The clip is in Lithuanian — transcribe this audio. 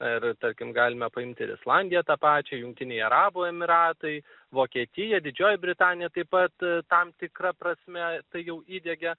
ir tarkim galime paimti ir islandiją tą pačią jungtiniai arabų emyratai vokietija didžioji britanija taip pat tam tikra prasme tai jau įdiegė